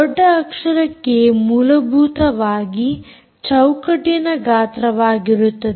ದೊಡ್ಡ ಅಕ್ಷರ ಕೆ ಮೂಲಭೂತವಾಗಿ ಚೌಕಟ್ಟಿನ ಗಾತ್ರವಾಗಿರುತ್ತದೆ